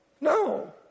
No